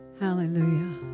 Hallelujah